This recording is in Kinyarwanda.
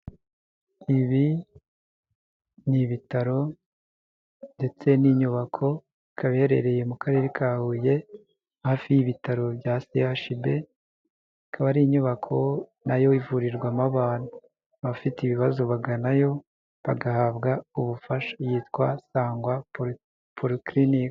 Ibi ni ibitaro ndetse n'inyubako ikaba iherereye mu karere ka Huye hafi y'ibitaro bya CHUB, ikaba ari inyubako nayo ivurirwamo abantu, abafite ibibazo baganayo bagahabwa ubufasha yitwa SANGWA POLYCLINIC.